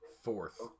fourth